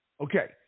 Okay